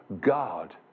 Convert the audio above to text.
God